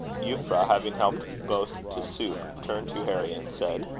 euphra, having helped both to soup, turned to harry and said,